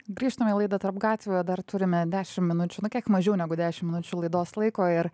grįžtame į laidą tarp gatvių dar turime dešim minučių na kiek mažiau negu dešim minučių laidos laiko ir